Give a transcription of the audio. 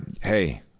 hey